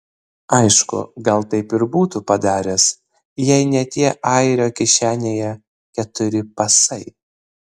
aišku gal taip ir būtų padaręs jei ne tie airio kišenėje keturi pasai